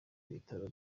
ibitaro